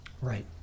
right